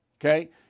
Okay